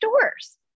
doors